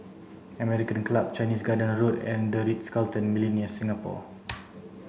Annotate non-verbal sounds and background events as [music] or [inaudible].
American Club Chinese Garden Road and the Ritz Carlton Millenia Singapore [noise]